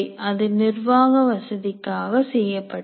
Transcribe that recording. அது நிர்வாக வசதிக்காக செய்யப்பட்டது